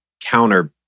counter